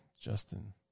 Justin